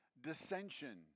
dissension